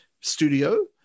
studio